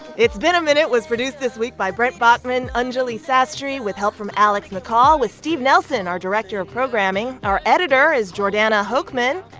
it's been a minute was produced this week by brent baughman, anjuli sastry, with help from alex mccall with steve nelson, our director of programming. our editor is jordana hochman.